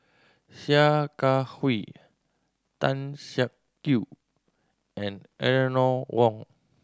Sia Kah Hui Tan Siak Kew and Eleanor Wong